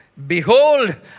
Behold